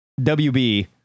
WB